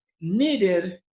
needed